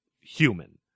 human